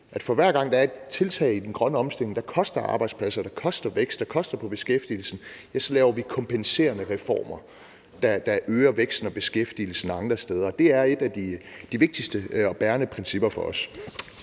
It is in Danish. at for hver gang der er et tiltag i den grønne omstilling, der koster arbejdspladser, der koster vækst og koster på beskæftigelsen, laver vi kompenserende reformer, der øger væksten og beskæftigelsen andre steder. Det er et af de vigtigste og bærende principper for os.